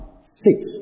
sit